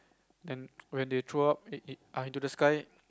and when they throw out it it into the sky